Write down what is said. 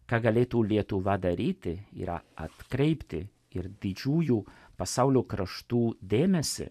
ką galėtų lietuva daryti yra atkreipti ir didžiųjų pasaulio kraštų dėmesį